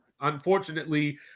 unfortunately